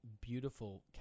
beautiful